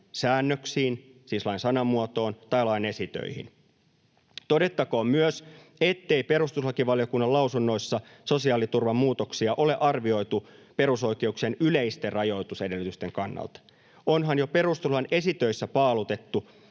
säännöksiin, siis lain sanamuotoon, tai lain esitöihin. Todettakoon myös, ettei perustuslakivaliokunnan lausunnoissa sosiaaliturvan muutoksia ole arvioitu perusoikeuksien yleisten rajoitusedellytysten kannalta — onhan jo perustuslain esitöissä paalutettu,